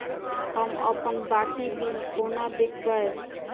हम अप्पन बाकी बिल कोना देखबै?